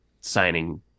signing